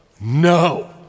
no